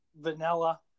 vanilla